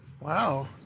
Wow